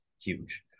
huge